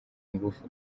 ngufu